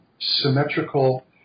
symmetrical